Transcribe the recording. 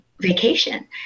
vacation